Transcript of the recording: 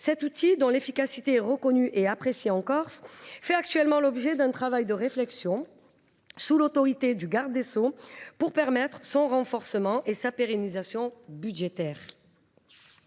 Cet outil, dont l’efficacité est reconnue et appréciée en Corse, fait actuellement l’objet d’un travail de réflexion, sous l’autorité du garde des sceaux. Il s’agit de le renforcer et d’assurer sa pérennisation budgétaire.